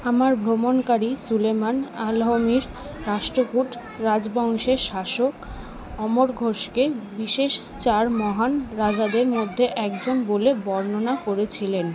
আমার ভ্রমণকারী সুলেমান আল হমির রাষ্ট্রকূট রাজবংশের শাসক অমরঘোষকে বিশেষ চার মহান রাজাদের মধ্যে একজন বলে বর্ণনা করেছিলেন